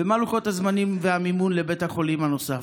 ומה הם לוחות הזמנים והמימון לבית החולים הנוסף?